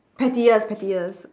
pettiest pettiest